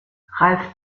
ralf